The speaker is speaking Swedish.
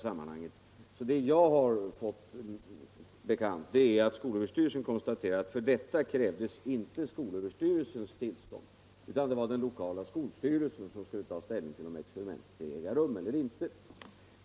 Enligt vad jag har mig bekant har skolöverstyrelsen konstaterat att för detta projekt krävdes inte dess tillstånd utan det var den lokala skolstyrelsen som skulle ta ställning till om experimentet skulle äga rum eller inte.